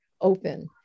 open